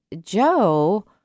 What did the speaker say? Joe